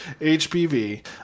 HPV